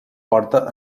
porta